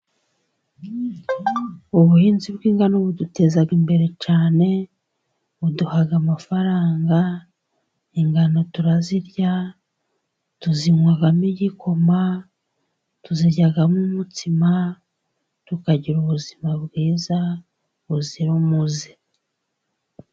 Ubuhinzi bw'ingano buduteza imbere cyane. buduha amafaranga. Ingano turazirya, tuzinywamo igikoma, tuziryamo umutsima, tukagira ubuzima bwiza buzira umuze.